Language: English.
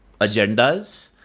agendas